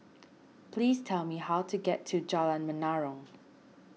please tell me how to get to Jalan Menarong